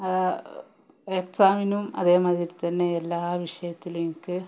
എക്സാമിനും അതേ മാതിരി തന്നെയെല്ലാ വിഷയത്തിലും എനിക്ക്